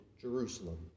Jerusalem